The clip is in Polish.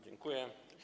Dziękuję.